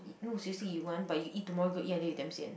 no seriously you want but you eat tomorrow you go eat until you damn sian